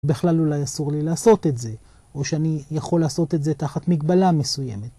בכלל אולי אסור לי לעשות את זה, או שאני יכול לעשות את זה תחת מגבלה מסוימת.